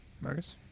Marcus